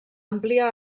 àmplia